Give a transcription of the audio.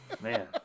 Man